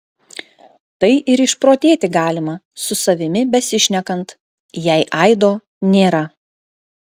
tai ir išprotėti galima su savimi besišnekant jei aido nėra